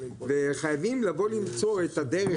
וחייבים לבוא ולמצוא את הדרך,